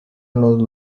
nos